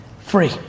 Free